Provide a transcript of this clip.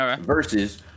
Versus